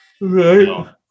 Right